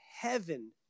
heaven